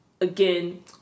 Again